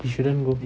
they shouldn't move